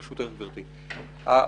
ברשותך גבירתי היושבת-ראש,